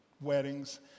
weddings